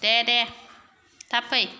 दे दे थाब फै